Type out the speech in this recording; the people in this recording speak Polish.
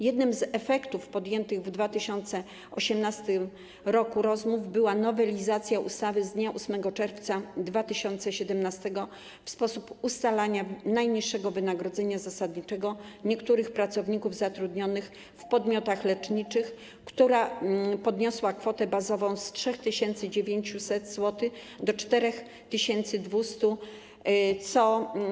Jednym z efektów podjętych w 2018 r. rozmów była nowelizacja ustawy z dnia 8 czerwca 2017 r. dotycząca sposobu ustalania najniższego wynagrodzenia zasadniczego niektórych pracowników zatrudnionych w podmiotach leczniczych, która podniosła kwotę bazową z 3900 zł do 4200 zł.